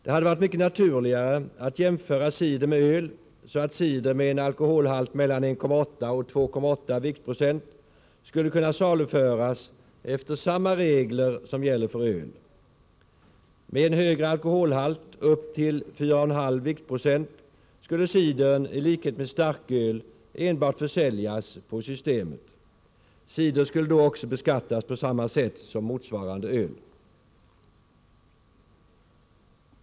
Det hade varit mycket naturligare att jämföra cider med öl, så att cider med en alkoholhalt mellan 1,8 och 2,8 viktprocent skulle kunna saluföras efter samma regler som gäller för öl. Med en högre alkoholhalt — upp till 4,5 viktprocent — skulle cidern i likhet med starköl enbart försäljas på systemet. Cider skulle då också beskattas på samma sätt som motsvarande öl.